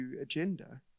agenda